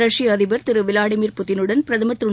ரஷ்ய அதிபர் திருவிளாடிமிர் புட்டி னுடன் பிரதமர் திரு